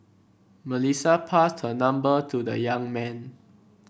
Melissa passed her number to the young man